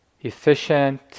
efficient